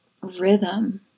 rhythm